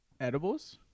Edibles